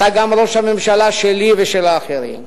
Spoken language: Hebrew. אתה גם ראש הממשלה שלי ושל האחרים,